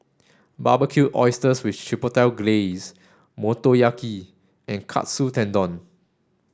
Barbecued Oysters with Chipotle Glaze Motoyaki and Katsu Tendon